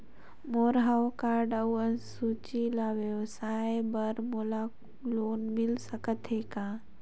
मोर हव कारड अउ अंक सूची ले व्यवसाय बर मोला लोन मिल सकत हे का?